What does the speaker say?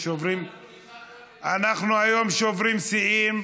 אנחנו היום שוברים שיאים,